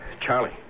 Charlie